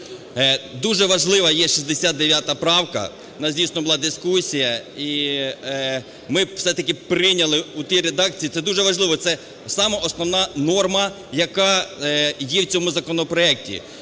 Дуже важлива є 69 правка. У нас, дійсно, була дискусія, і ми б все-таки прийняли у тій редакції, це дуже важливо, це сама основна норма, яка є в цьому законопроекті.